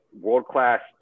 world-class